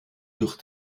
durch